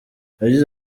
yagize